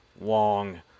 long